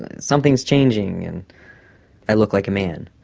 something is changing and i look like a man.